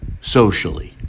socially